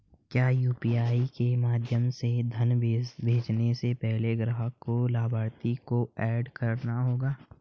क्या यू.पी.आई के माध्यम से धन भेजने से पहले ग्राहक को लाभार्थी को एड करना होगा?